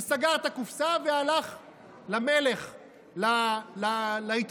הוא סגר את הקופסה והלך למלך, להתמודדות.